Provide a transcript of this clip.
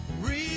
Real